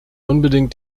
unbedingt